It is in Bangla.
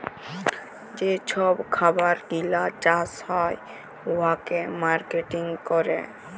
যে ছব খাবার গিলা চাষ হ্যয় উয়াকে মার্কেটিং ক্যরে